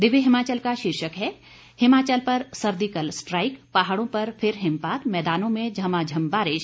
दिव्य हिमाचल का शीर्षक है हिमाचल पर सर्दिकल स्ट्राइक पहाड़ों पर फिर हिमपात मैदानों में झमाझम बारिश